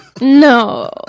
No